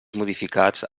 modificats